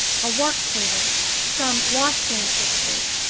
a worktable, some washstand fixtures.